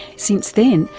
since then,